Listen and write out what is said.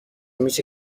میشه